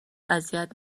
اذیت